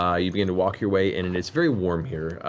ah you begin to walk your way in and it's very warm here,